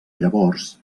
llavors